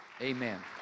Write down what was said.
Amen